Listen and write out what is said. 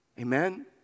Amen